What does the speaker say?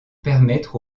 permettre